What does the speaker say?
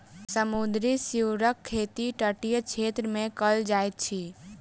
समुद्री सीवरक खेती तटीय क्षेत्र मे कयल जाइत अछि